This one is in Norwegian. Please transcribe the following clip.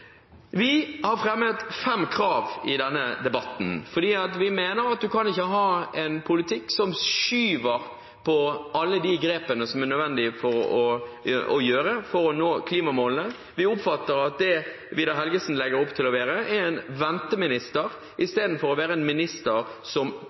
Vi har fremmet fem krav i denne debatten, for vi mener at man kan ikke ha en politikk som skyver på alle de grepene som det er nødvendig å ta for å nå klimamålene. Vi oppfatter at det Vidar Helgesen legger opp til å være, er en venteminister